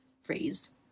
phrase